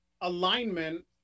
alignment